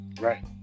right